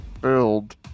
build